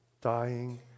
dying